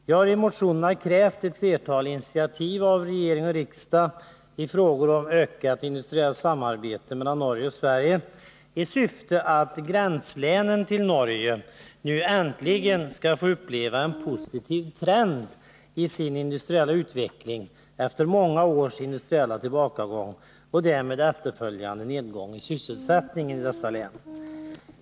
Vi har i motionerna krävt flera initiativ av regering och riksdag i frågor om ökat industriellt samarbete mellan Norge och Sverige, i syfte att gränslänen mot Norge nu äntligen skall få uppleva en positiv trend i sin industriella utveckling efter många års industriell tillbakagång och därav följande nedgång i sysselsättningen i dessa län.